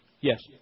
Yes